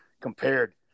compared